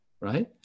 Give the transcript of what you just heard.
right